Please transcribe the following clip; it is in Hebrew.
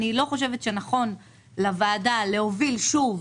אני לא חושבת שנכון לוועדה להוביל שוב,